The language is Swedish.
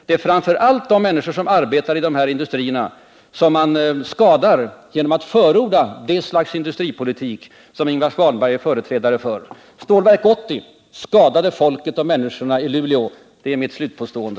Det är framför allt de människor som arbetar i de här industrierna som man skadar genom att förorda det slags industripolitik som Ingvar Svanberg är företrädare för. Stålverk 80 skadade människorna i Luleå. Det är mitt slutpåstående.